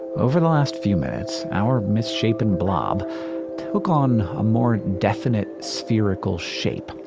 over the last few minutes, our misshapen blob took on a more definite, spherical shape.